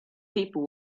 people